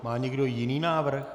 Má někdo jiný návrh?